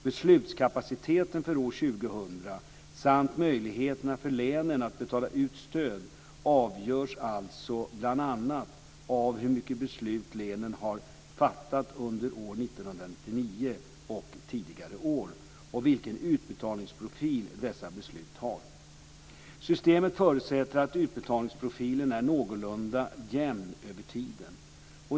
Beslutskapaciteten för år 2000 samt möjligheterna för länen att betala ut stöd avgörs alltså bl.a. av hur mycket beslut länen har fattat under år 1999 och tidigare år och vilken utbetalningsprofil dessa beslut har. Systemet förutsätter att utbetalningsprofilen är någorlunda jämn över tiden.